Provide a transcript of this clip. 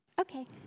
Okay